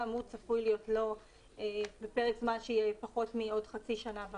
גם הוא צפוי להיות לא בפרק זמן שיהיה פחות מעוד חצי שנה ומעלה.